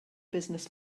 business